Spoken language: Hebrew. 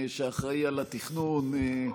שאחראי לתכנון,